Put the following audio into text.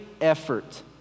effort